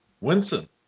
Winston